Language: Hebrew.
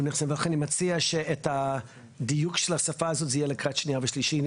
--- ולכן אני מציע שהדיוק של השפה הזו זה יהיה לקריאה שנייה ושלישית.